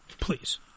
please